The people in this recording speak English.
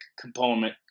component